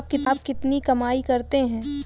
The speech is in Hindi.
आप कितनी कमाई करते हैं?